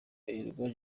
uregwa